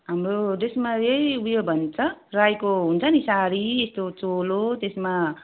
हाम्रो ड्रेसमा यही उयो भन्छ राईको हुन्छ नि साडी चोलो त्यसमा